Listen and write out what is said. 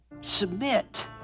Submit